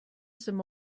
some